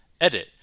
Edit